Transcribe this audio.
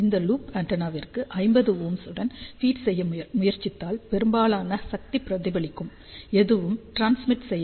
இந்த லூப் ஆண்டெனாவுக்கு 50Ω உடன் ஃபீட் செய்ய முயற்சித்தால் பெரும்பாலான சக்தி பிரதிபலிக்கும் எதுவும் ட்ரான்ஸ்மிட் செய்யாது